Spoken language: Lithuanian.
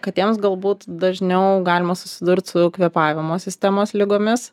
katėms galbūt dažniau galima susidurt su kvėpavimo sistemos ligomis